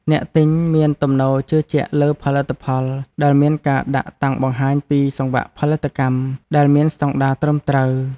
អ្នកទិញមានទំនោរជឿជាក់លើផលិតផលដែលមានការដាក់តាំងបង្ហាញពីសង្វាក់ផលិតកម្មដែលមានស្តង់ដារត្រឹមត្រូវ។